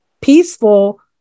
peaceful